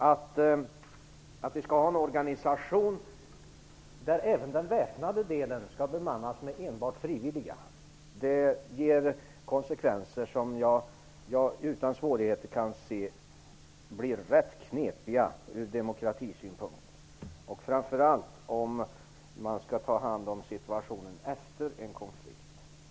Att ha en organisation där även den väpnade delen skall bemannas med enbart frivilliga ger konsekvenser som jag utan svårighet kan se blir rätt knepiga ur demokratisynpunkt, framför allt om man skall ta hand om situationen efter en konflikt.